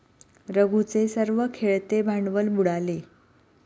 रघूचे सर्व खेळते भांडवल बुडाले